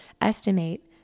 estimate